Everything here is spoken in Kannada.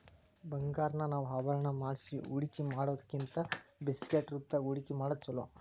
ಬಂಗಾರಾನ ನಾವ ಆಭರಣಾ ಮಾಡ್ಸಿ ಹೂಡ್ಕಿಮಾಡಿಡೊದಕ್ಕಿಂತಾ ಬಿಸ್ಕಿಟ್ ರೂಪ್ದಾಗ್ ಹೂಡ್ಕಿಮಾಡೊದ್ ಛೊಲೊ